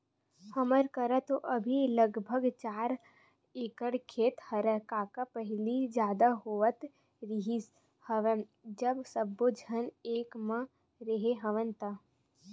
हमर करा तो अभी लगभग चार एकड़ खेत हेवय कका पहिली जादा होवत रिहिस हवय जब सब्बो झन एक म रेहे हवन ता